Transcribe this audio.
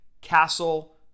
Castle